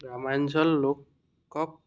গ্ৰামাঞ্চলৰ লোকক